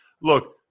Look